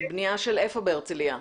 איפה הבנייה בהרצליה?